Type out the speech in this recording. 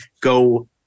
go